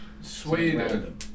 Sweden